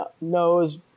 knows